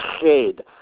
Shade